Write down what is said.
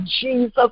Jesus